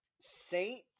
Saint